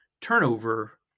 turnover